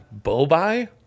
Bobai